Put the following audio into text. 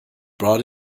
brought